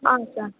ಹಾಂ ಸರ್